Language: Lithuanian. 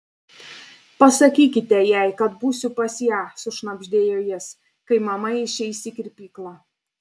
pasakykite jai kad būsiu pas ją sušnabždėjo jis kai mama išeis į kirpyklą